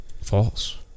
False